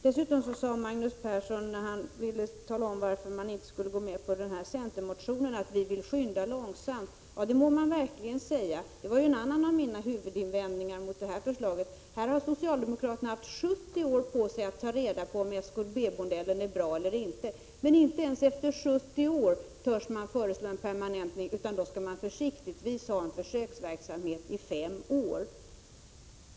Magnus Persson sade dessutom, när han ville tala om varför man inte skulle gå med på förslaget i centerns motion, att man vill skynda långsamt. Ja, det må man verkligen säga. Detta var en annan av mina huvudinvändningar mot förslaget. Socialdemokraterna har haft 70 år på sig att ta reda på om SKB-modellen är bra. Men inte ens efter 70 år törs man föreslå en permanentning, utan man skall försiktigtvis ha en försöksverksamhet i fem år.